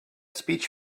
speech